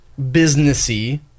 businessy